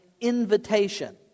invitation